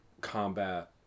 combat